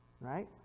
right